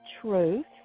truth